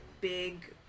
big